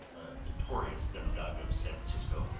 a notorious demagogue of san francisco,